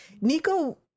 nico